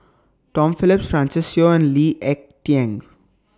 Tom Phillips Francis Seow and Lee Ek Tieng